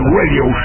radio